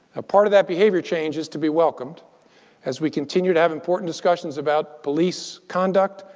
part of that behavior change is to be welcomed as we continue to have important discussions about police conduct,